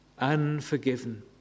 Unforgiven